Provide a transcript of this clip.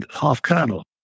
half-colonel